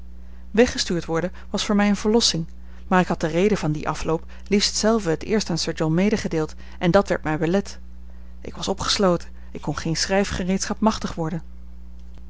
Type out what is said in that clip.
weggestuurd worden was voor mij eene verlossing maar ik had de reden van dien afloop liefst zelve het eerst aan sir john medegedeeld en dat werd mij belet ik was opgesloten ik kon geen schrijfgereedschap machtig worden